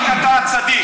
רק אתה הצדיק.